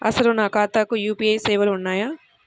అసలు నా ఖాతాకు యూ.పీ.ఐ సేవలు ఉన్నాయా?